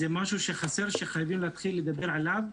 זה משהו שחסר, שחייבים להתחיל לדבר עליו.